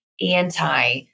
anti